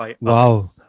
Wow